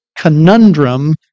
conundrum